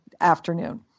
afternoon